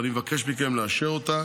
ואני מבקש מכם לאשר אותה